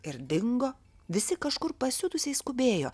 ir dingo visi kažkur pasiutusiai skubėjo